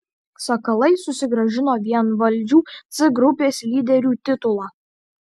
sakalai susigrąžino vienvaldžių c grupės lyderių titulą